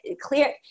clear